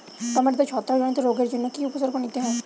টমেটোতে ছত্রাক জনিত রোগের জন্য কি উপসর্গ নিতে হয়?